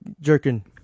jerking